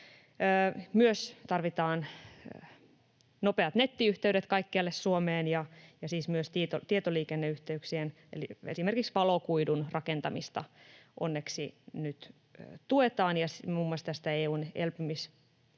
Tarvitaan myös nopeat nettiyhteydet kaikkialle Suomeen, ja myös tietoliikenneyhteyksien eli esimerkiksi valokuidun rakentamista onneksi nyt tuetaan, ja muun muassa tästä EU:n elpymisvälineestä